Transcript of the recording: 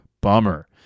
bummer